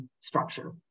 structure